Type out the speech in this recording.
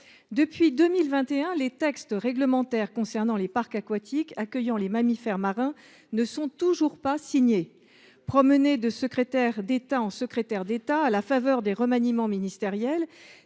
Depuis 2021, les textes réglementaires concernant les parcs aquatiques accueillant les mammifères marins ne sont toujours pas signés. Promenés de secrétaire d’État en secrétaire d’État à la faveur des remaniements ministériels,